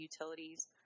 utilities